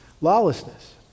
lawlessness